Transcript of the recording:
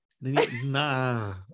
Nah